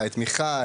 את מיכל,